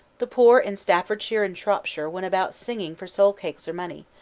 the poor in staffordshire and shropshire went about singing for soul-cakes or money,